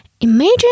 imagine